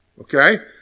Okay